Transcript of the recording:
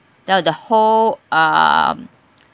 till the whole um